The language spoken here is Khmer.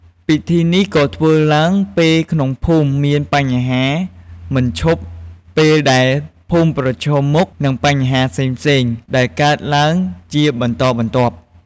ពិធីនេះក៏ធ្វើឡើង ពេលក្នុងភូមិមានបញ្ហាមិនឈប់ ពេលដែលភូមិប្រឈមមុខនឹងបញ្ហាផ្សេងៗដែលកើតឡើងជាបន្តបន្ទាប់។